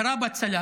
ירה בה צלף,